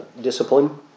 discipline